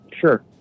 Sure